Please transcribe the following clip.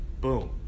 Boom